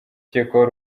ukekwaho